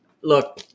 look